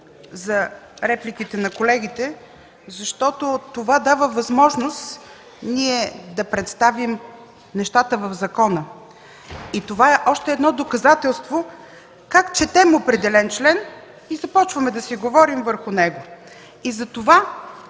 за репликите на колегите, защото това дава възможност ние да представим нещата в закона. Това е още едно доказателство как четем определен член и започваме да си говорим върху него. Затова